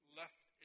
left